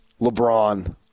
LeBron